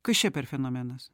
kas čia per fenomenas